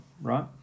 right